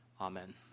Amen